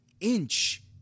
inch